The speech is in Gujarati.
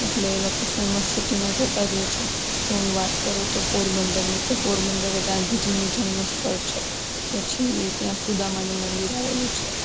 એટલે એ લોકો ફેમસ સીટીમાં જતા જ હોય છે તો હું વાત કરું તો પોરબંદરની તો પોરબંદર એ ગાંધીજીનું જન્મસ્થળ છે પછી ત્યાં સુદામાનું મંદિર આવેલું છે